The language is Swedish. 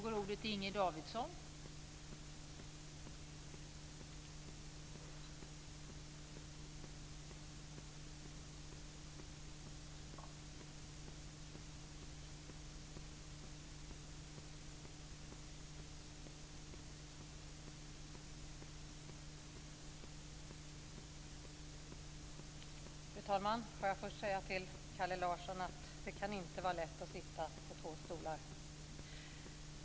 Fru talman! Jag vill först säga till Kalle Larsson att det inte kan vara lätt att sitta på två stolar.